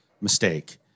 mistake